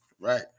right